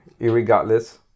irregardless